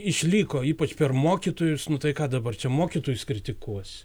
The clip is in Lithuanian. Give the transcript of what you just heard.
išliko ypač per mokytojus nu tai ką dabar čia mokytojus kritikuos